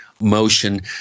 motion